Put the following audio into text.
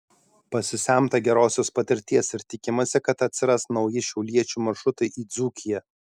pasisemta gerosios patirties ir tikimasi kad atsiras nauji šiauliečių maršrutai į dzūkiją